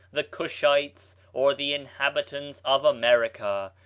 the cushites, or the inhabitants of america,